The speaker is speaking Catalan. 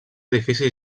edificis